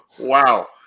Wow